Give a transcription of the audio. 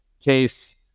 case